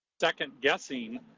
second-guessing